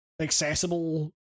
accessible